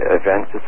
events